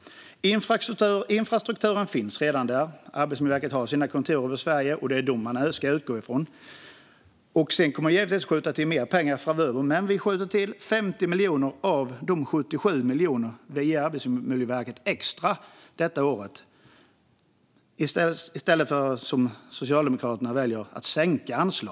Infrastrukturen finns redan; Arbetsmiljöverket har sina kontor över Sverige, och det är dessa man önskar utgå från. Sedan kommer vi givetvis att skjuta till mer pengar framöver. Men vi skjuter till 50 miljoner av de 77 miljoner extra som vi ger Arbetsmiljöverket detta år, i stället för att sänka anslaget, som Socialdemokraterna väljer att göra.